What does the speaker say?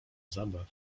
zabaw